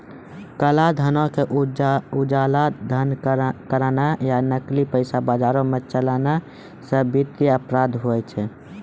काला धनो के उजला धन करनाय या नकली पैसा बजारो मे चलैनाय सेहो वित्तीय अपराध होय छै